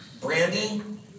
branding